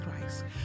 christ